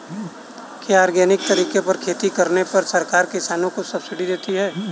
क्या ऑर्गेनिक तरीके से खेती करने पर सरकार किसानों को सब्सिडी देती है?